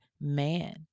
man